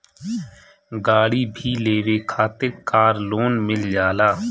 गाड़ी भी लेवे खातिर कार लोन मिल जाला